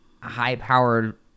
high-powered